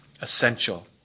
essential